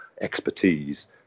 expertise